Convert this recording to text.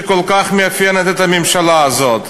שכל כך מאפיינת את הממשלה הזאת.